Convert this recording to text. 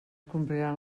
compliran